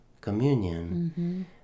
communion